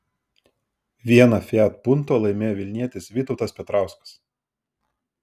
vieną fiat punto laimėjo vilnietis vytautas petrauskas